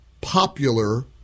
popular